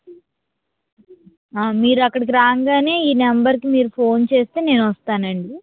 ఆ మీరు అక్కడికి రాగానే ఈ నెంబర్కి మీరు ఫోన్ చేస్తే నేను అక్కడికి వస్తాను అండి